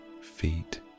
feet